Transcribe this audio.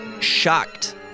shocked